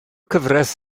cyfraith